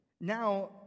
now